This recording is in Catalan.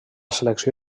selecció